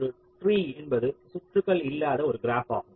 ஒரு ட்ரீ என்பது சுற்றுகள் இல்லாத ஒரு க்ராப் ஆகும்